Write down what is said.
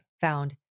found